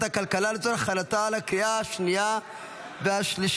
הכלכלה לצורך הכנתה לקריאה השנייה והשלישית.